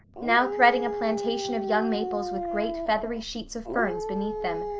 now threading a plantation of young maples with great feathery sheets of ferns beneath them,